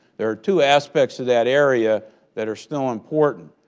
there are two aspects of that area that are still important.